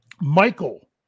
Michael